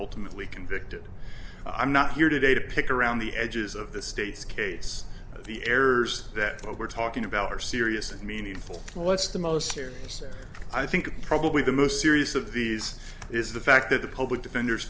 ultimately convicted i'm not here today to pick around the edges of the state's case the errors that we're talking about are serious and meaningful what's the most scared i think of probably the most serious of these is the fact that the public defenders